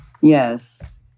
Yes